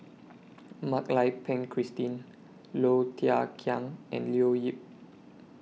Mak Lai Peng Christine Low Thia Khiang and Leo Yip